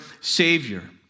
Savior